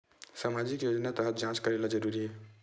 सामजिक योजना तहत जांच करेला जरूरी हे